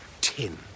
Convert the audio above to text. tin